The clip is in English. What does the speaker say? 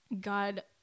God